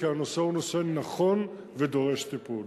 כי הנושא הוא נושא נכון ודורש טיפול.